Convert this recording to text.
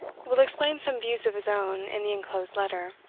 will explain some views of his own in the enclosed letter.